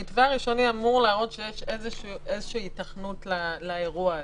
המתווה הראשוני אמור להראות שיש איזו היתכנות לאירוע הזה.